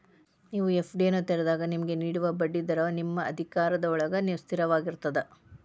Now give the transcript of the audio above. ನೇವು ಎ.ಫ್ಡಿಯನ್ನು ತೆರೆದಾಗ ನಿಮಗೆ ನೇಡುವ ಬಡ್ಡಿ ದರವ ನಿಮ್ಮ ಅಧಿಕಾರಾವಧಿಯೊಳ್ಗ ಸ್ಥಿರವಾಗಿರ್ತದ